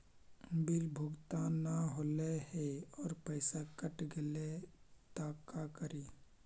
Bill भुगतान न हौले हे और पैसा कट गेलै त का करि?